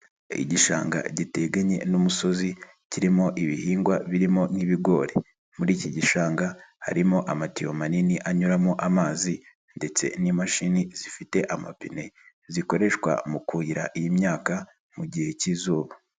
Igishanga giteganye n'umusozi kirimo ibihingwa birimo nk'ibigori, muri iki gishanga harimo amatiyo manini anyuramo amazi ndetse n'imashini zifite amapine zikoreshwa mu kuhira iyi myaka mu gihe cy'izuba.